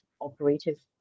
operative